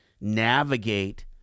navigate